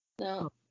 No